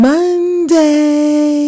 Monday